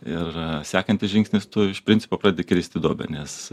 ir sekantis žingsnis tu iš principo pradedi krist į duobę nes